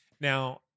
Now